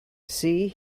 see